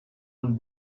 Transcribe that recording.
under